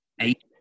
eight